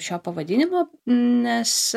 šio pavadinimo nes